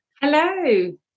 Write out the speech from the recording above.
Hello